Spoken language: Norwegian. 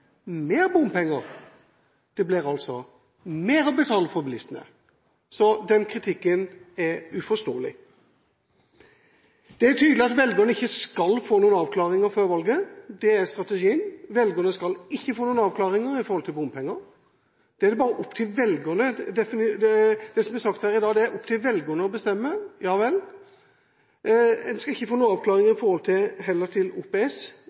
mer bompenger. Det blir altså mer å betale for bilistene. Så den kritikken er uforståelig. Det er tydelig at velgerne ikke skal få noen avklaringer før valget – det er strategien. Velgerne skal ikke få noen avklaringer om bompenger. Det er vel bare opp til velgerne – det er det som blir sagt her i dag, det er opp til velgerne å bestemme, ja vel. En skal ikke få noen avklaringer om OPS og den øvrige finansieringen heller.